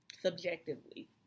subjectively